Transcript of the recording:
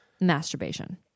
masturbation